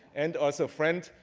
and also friend,